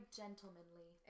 gentlemanly